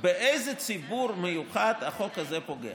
באיזה ציבור מיוחד החוק הזה פוגע.